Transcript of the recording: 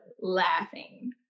laughing